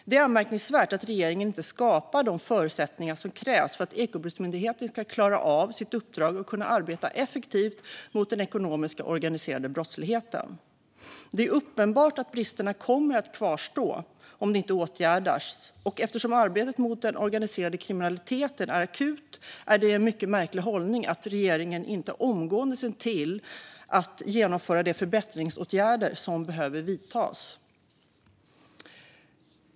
Det är anmärkningsvärt att regeringen inte skapar de förutsättningar som krävs för att Ekobrottsmyndigheten ska klara sitt uppdrag och kunna arbeta effektivt mot den organiserade ekonomiska brottsligheten. Det är uppenbart att bristerna kommer att kvarstå om de inte åtgärdas, och eftersom arbetet mot den organiserade kriminaliteten är akut är det en mycket märklig hållning från regeringens sida att inte omgående se till att genomföra de förbättringsåtgärder som behöver vidtas.